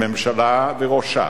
הממשלה וראשה